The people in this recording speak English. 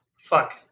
fuck